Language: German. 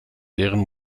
deren